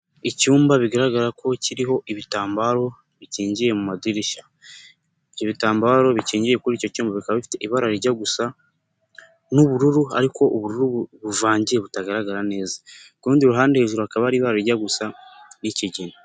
Icyumba bigaragara ko kiriho ibitambaro bikingiye mu madirishya. Ibyo bitambaro bikingiye kuri icyo cyumba bikaba bifite ibara rijya gusa n'ubururu ariko ubururu buvangiye butagaragara neza. Ku rundi ruhande hejuru hakaba hari ibara rijya gusa nk'ikigina.